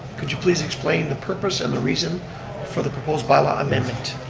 could you please explain the purpose and the reason for the proposed bylaw amendment?